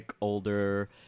older